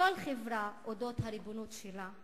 כל חברה לעניין הריבונות שלה,